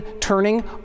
turning